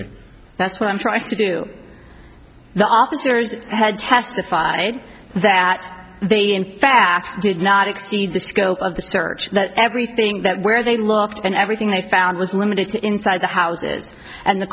me that's what i'm trying to do the officers had testified that they in fact did not exceed the scope of the search that everything that where they looked and everything they found was limited to inside the houses and the